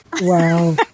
Wow